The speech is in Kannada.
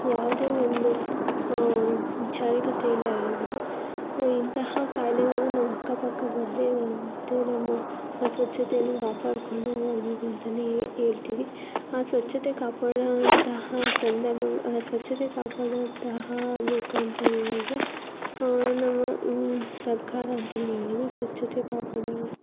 ಯಾವುದೇ ಒಂದು ವಿಚಾರಕತೆಯಲ್ಲೆ ಆಗಿರ್ಬೋದು ಇಂತಹ ಕಾಯಿಲೆಗಳು ನಮ್ಮ ಅಕ್ಕಪಕ್ಕ ಬರದೇ ಇರುವಂತೆ ನಮ್ಮ ಸ್ವಚ್ಛತೆಯನ್ನು ಕಾಪಾಡಿಕೊಂಡು ಹೋಗ್ಬೇಕೂಂತಲೇ ಹೇಳ್ತೀವಿ ಆ ಸ್ವಚ್ಛತೆ ಕಾಪಾಡೋವಂತಹ ಸಂದರ್ಭ ಸ್ವಚ್ಛತೆ ಕಾಪಾಡೋವಂತಹ ಬೇಕು ಅಂತ ಹೇಳಿದ್ರೆ ನಮ್ಮ ಸರ್ಕಾರ ಅಂತಲೇ ಹೇಳ್ಬೋದು ಸ್ವಚ್ಛತೆ ಕಾಪಾಡು